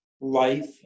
life